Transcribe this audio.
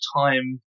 time